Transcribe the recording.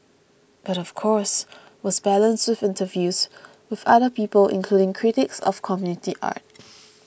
but of course was balanced with interviews with other people including critics of community art